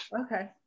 okay